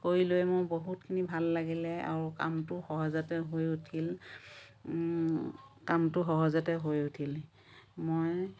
কৰি লৈ মোৰ বহুতখিনি ভাল লাগিলে আৰু কামটো সহজতে হৈ উঠিল কামটো সহজতে হৈ উঠিল মই